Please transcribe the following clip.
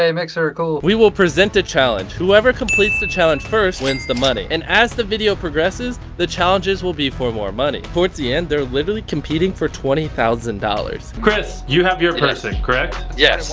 ah mixer cool. we will present the challenge. whoever completes the challenge first wins the money. and as the video progresses, the challenges will be for more money. towards the end they're literally competing for twenty thousand dollars. chris, you have your person correct? yes.